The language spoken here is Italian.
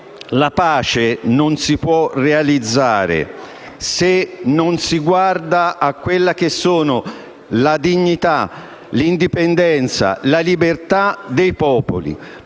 La pace non si può realizzare se non si guarda alla dignità, all'indipendenza e alla libertà dei popoli,